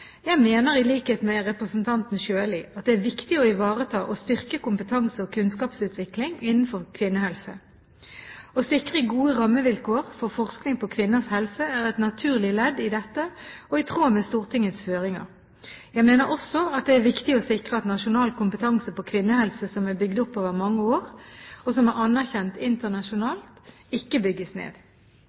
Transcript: Jeg mener, i likhet med representanten Sjøli, at det er viktig å ivareta og styrke kompetanse og kunnskapsutvikling innenfor kvinnehelse. Å sikre gode rammevilkår for forskning på kvinners helse er et naturlig ledd i dette og i tråd med Stortingets føringer. Jeg mener også at det er viktig å sikre at nasjonal kompetanse på kvinnehelse som er bygd opp over mange år, og som er anerkjent internasjonalt, ikke bygges ned.